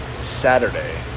Saturday